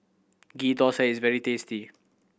Ghee Thosai is very tasty